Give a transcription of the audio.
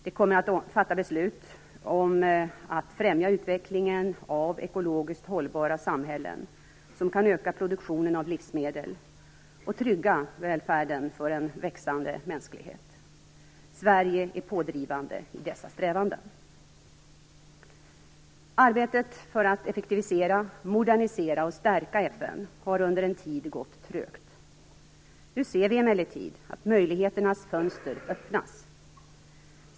Den kommer att fatta beslut om att främja utvecklingen av ekologiskt hållbara samhällen, som kan öka produktionen av livsmedel och trygga välfärden för en växande mänsklighet. Sverige är pådrivande i dessa strävanden. Arbetet för att effektivisera, modernisera och stärka FN har under en tid gått trögt. Nu ser vi emellertid att möjligheternas fönster öppnas.